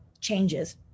changes